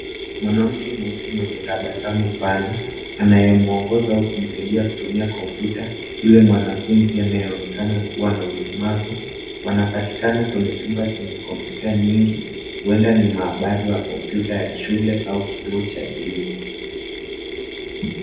Mwanamke mweusi mwenye tabasamu pana anayemwongoza au kumsaidia kutumia kompyuta yule mwanafunzi anayeonekana kuwa na ulemavu wanapatikana kwenye chumba chenye kompyuta nyingi huenda ni maabara ya kompyuta ya shule au kituo cha elimu.